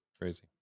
Crazy